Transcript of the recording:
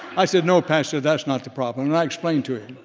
i said, no pastor that's not the problem and i explained to him,